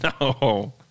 No